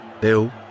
Bill